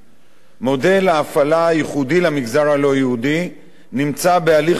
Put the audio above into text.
מודל ההפעלה הייחודי למגזר הלא-יהודי נמצא בהליך גיבוש,